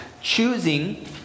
choosing